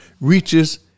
reaches